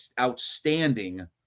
outstanding